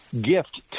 gift